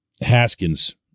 Haskins